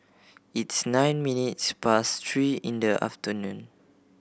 its nine minutes past three in the afternoon